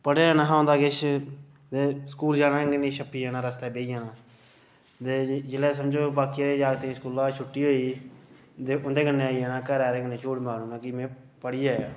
पढ़ेआ नेहा होंदा किश ते स्कूल जाना नेईं रस्तै च छप्पी जाना रस्तै बैही जाना ते जिसलै समझो बाकी आह्लें जागतें गी स्कूलां छुट्टी होई गेई उं'दे कन्नै आई जाना ते घरै आह्लें कन्नै झूठ मारी ओड़ना कि में पढ़ी आया